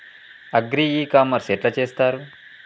Agri e commerce ఎట్ల చేస్తరు?